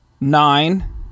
nine